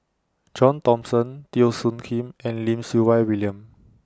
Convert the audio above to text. John Thomson Teo Soon Kim and Lim Siew Wai William